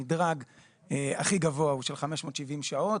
המדרג הכי גבוה הוא של 570 שעות.